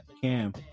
cam